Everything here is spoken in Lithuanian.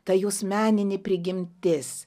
ta jos meninė prigimtis